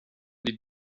die